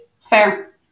Fair